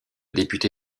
député